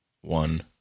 one